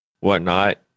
whatnot